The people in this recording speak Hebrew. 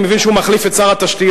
אני מבין שהוא מחליף את שר התשתיות,